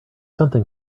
something